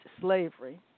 slavery